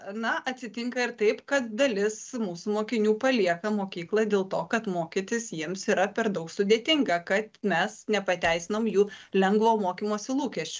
na atsitinka ir taip kad dalis mūsų mokinių palieka mokyklą dėl to kad mokytis jiems yra per daug sudėtinga kad mes nepateisinom jų lengvo mokymosi lūkesčių